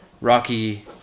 Rocky